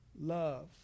love